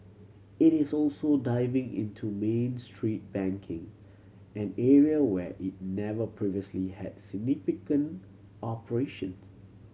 it is also diving into Main Street banking an area where it never previously had significant operations